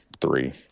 three